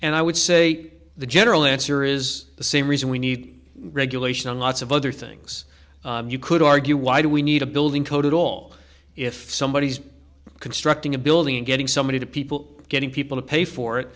and i would say the general answer is the same reason we need regulation on lots of other things you could argue why do we need a building code at all if somebody is constructing a building and getting somebody to people getting people to pay for it